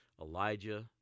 Elijah